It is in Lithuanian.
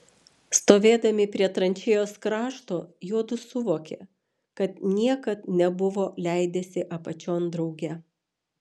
stovėdami prie tranšėjos krašto juodu suvokė kad niekad nebuvo leidęsi apačion drauge